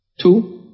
Two